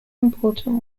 important